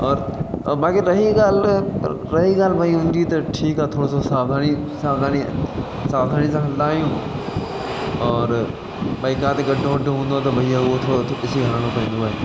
और बाक़ी रही ॻाल्हि त रही ॻाल्हि भई हुनजी त ठीकु आहे थोरो सो सावधानी सावधानीअ सावधानीअ सां हलंदा आहियूं और भई किथे गड्ढो वड्ढो हूंदो आहे त भैया उहो थोरो ॾिसी हलिणो पवंदो आहे